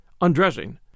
Undressing